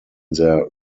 their